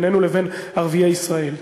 בינינו לבין ערביי ישראל.